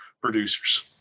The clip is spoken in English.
producers